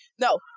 no